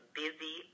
busy